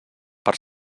per